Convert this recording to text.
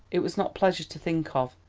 it was not pleasant to think of,